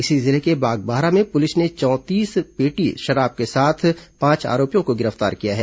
इसी जिले के बागबाहरा में पुलिस ने चौंतीस पेटी अंग्रेजी शराब के साथ पांच आरोपियों को गिरफ्तार किया है